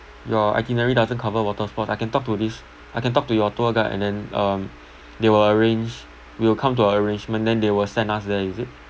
your itinerary doesn't cover water sports I can talk to this I can talk to your tour guide and then um they will arrange will come to an arrangement then they will send us there is it